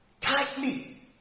tightly